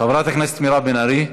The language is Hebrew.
חברת הכנסת מירב בן ארי,